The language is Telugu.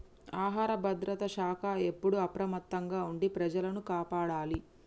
ఆహార భద్రత శాఖ ఎప్పుడు అప్రమత్తంగా ఉండి ప్రజలను కాపాడాలి